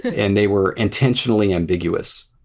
and they were intentionally ambiguous,